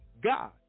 God